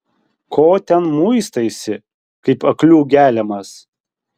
ko ten muistaisi kaip aklių geliamas